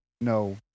no